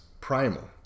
Primal